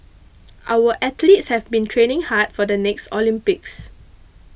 our athletes have been training hard for the next Olympics